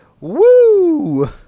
Woo